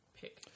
pick